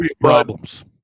problems